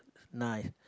nice